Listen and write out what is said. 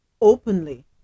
openly